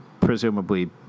presumably